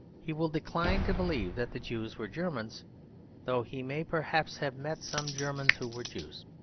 he will decline to believe that the jews were germans though he may perhaps have met some germans who were jews.